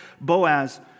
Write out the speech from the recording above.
Boaz